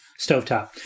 stovetop